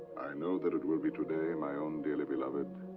i know that it will be today, my own dearly beloved.